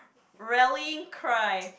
rallying cry